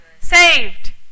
saved